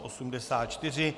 84.